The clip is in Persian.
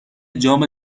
جام